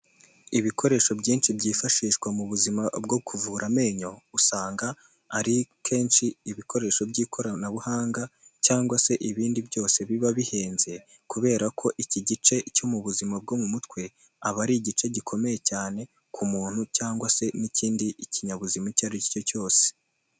Ibikoresho byinshi byifashishwa mu buzima bwo kuvura amenyo, usanga ari kenshi ibikoresho by'ikoranabuhanga cyangwa se ibindi byose biba bihenze, kubera ko iki gice cyo mu buzima bwo mu mutwe, aba ari igice gikomeye cyane ku muntu cyangwa se n'ikindi kinyabuzima icyo ari cyo cyose.